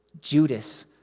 Judas